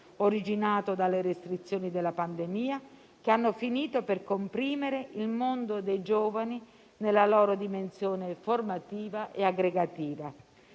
originato dalle restrizioni della pandemia, che hanno finito per comprimere il mondo dei giovani nella loro dimensione formativa e aggregativa.